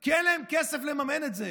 כי אין להם כסף לממן את זה.